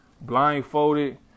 blindfolded